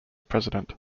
president